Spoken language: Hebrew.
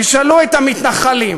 תשאלו את המתנחלים,